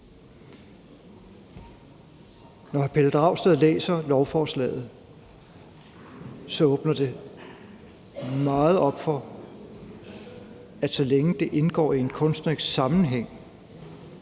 hr. Pelle Dragsted læser lovforslaget, åbner det meget op for, at så længe det indgår i en kunstnerisk sammenhæng,